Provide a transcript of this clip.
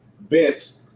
best